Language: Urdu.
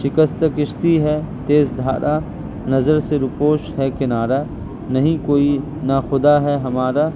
شکست کشتی ہے تیز دھارا نظر سے روپوش ہے کنارہ نہیں کوئی ناخدا ہے ہمارا